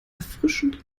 erfrischend